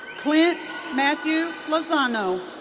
clint matthew lozano.